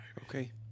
Okay